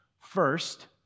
First